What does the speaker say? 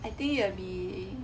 I think it will be